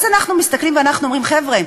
אז אנחנו מסתכלים ואנחנו אומרים: חבר'ה,